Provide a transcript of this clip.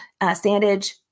Sandage